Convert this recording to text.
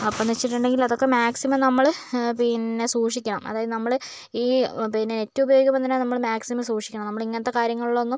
അപ്പം എന്നു വച്ചിട്ടുണ്ടെങ്കില് അതൊക്കെ മാക്സിമം നമ്മള് പിന്നെ സൂക്ഷിക്കണം അതായത് നമ്മള് ഈ പിന്നെ നെറ്റ് ഉപയോഗിക്കുമ്പോള് തന്നെ നമ്മള് മാക്സിമം സൂക്ഷിക്കണം നമ്മള് ഇങ്ങനത്തെ കാര്യങ്ങളിലൊന്നും